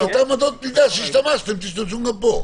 אותן אמות מידה שהשתמשתם - תשתמשו גם פה?